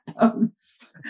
post